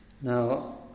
Now